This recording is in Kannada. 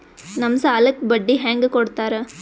ನಮ್ ಸಾಲಕ್ ಬಡ್ಡಿ ಹ್ಯಾಂಗ ಕೊಡ್ತಾರ?